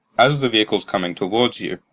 as the vehicle's coming towards you,